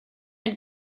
had